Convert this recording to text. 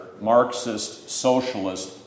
Marxist-Socialist